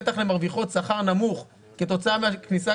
בטח למרוויחות שכר נמוך כתוצאה מהכניסה